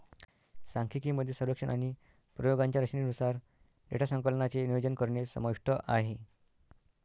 सांख्यिकी मध्ये सर्वेक्षण आणि प्रयोगांच्या रचनेनुसार डेटा संकलनाचे नियोजन करणे समाविष्ट आहे